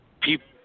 People